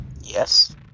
Yes